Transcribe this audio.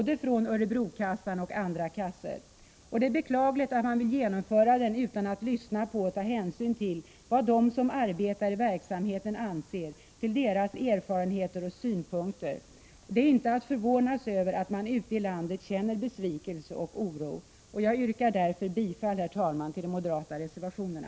Det är beklagligt att utskottsmajoriteten vill genomföra den utan att lyssna på och ta hänsyn till vad de som arbetar i verksamheten har för erfarenheter och synpunkter. Det är inte att förvånas över att man ute i landet känner besvikelse och oro. Jag yrkar därför, herr talman, bifall till de moderata reservationerna.